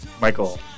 Michael